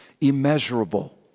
immeasurable